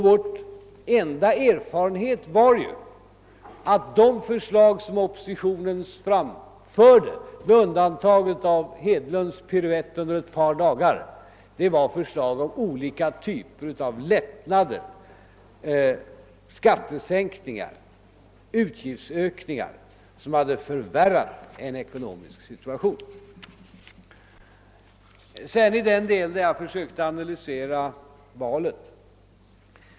Vår enda erfarenhet var ju de förslag som oppositionen framförde — med undantag av herr Hedlunds piruetter under ett par dagar — om olika typer av lättnader och skattesänkningar samt utgiftsökningar, som hade förvärrat den ekonomiska situationen. Sedan vill jag ta upp den del där jag försökte analysera valet.